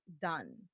done